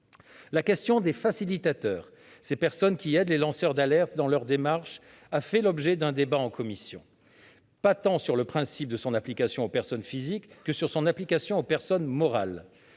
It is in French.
La question des facilitateurs, ces personnes qui aident les lanceurs d'alerte dans leur démarche, a fait l'objet d'un débat en commission, pas tant sur son application aux personnes physiques que sur son application aux personnes morales.